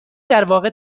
درواقع